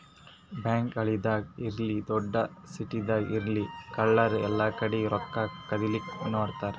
bank ಹಳ್ಳಿದಾಗ್ ಇರ್ಲಿ ದೊಡ್ಡ್ ಸಿಟಿದಾಗ್ ಇರ್ಲಿ ಕಳ್ಳರ್ ಎಲ್ಲಾಕಡಿ ರೊಕ್ಕಾ ಕದಿಲಿಕ್ಕ್ ನೋಡ್ತಾರ್